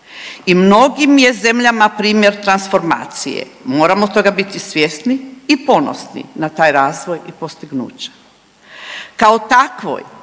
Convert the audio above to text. I mnogim je zemljama primjer transformacije, moramo toga biti svjesni i ponosni na taj razvoj i postignuće. Kao takvoj